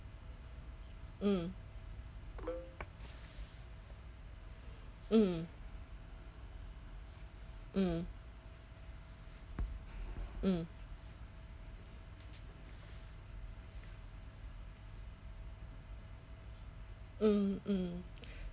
mm mm mm mm mm mm